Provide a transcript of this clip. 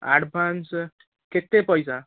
advance କେତେ ପଇସା